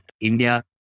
India